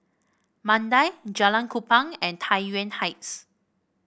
Mandai Jalan Kupang and Tai Yuan Heights